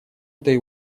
этой